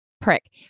prick